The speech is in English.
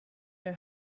know